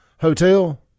Hotel